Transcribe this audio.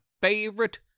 favorite